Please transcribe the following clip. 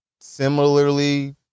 similarly